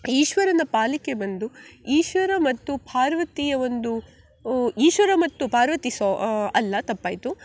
ಈಶ್ವರನ ಪಾಲಕಿ ಬಂದು ಈಶ್ವರ ಮತ್ತು ಪಾರ್ವತಿಯ ಒಂದು ಉ ಈಶ್ವರ ಮತ್ತು ಪಾರ್ವತಿ ಸೊ ಅಲ್ಲ ತಪ್ಪಾಯಿತು